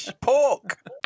Pork